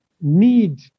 need